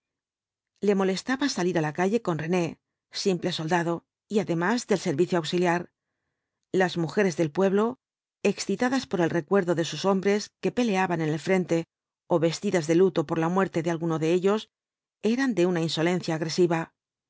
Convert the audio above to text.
le molestaba salir á la calle con rene simple soldado y además del servicio auxiliar las mujeres del pueblo excitadas por el recuerdo de sus hombres que peleaban en el frente ó vestidas de luto por la muerte de alguno de ellos eran de una insolencia agresiva